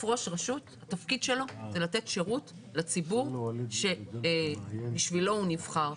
התפקיד של ראש רשות הוא לתת שירות לציבור שבשבילו הוא נבחר,